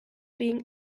being